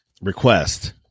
request